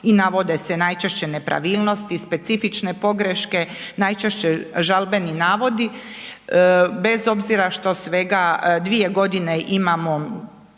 i navode se najčešće nepravilnosti, specifične pogreške, najčešće žalbeni navodi, bez obzira što svega 2.g. imamo,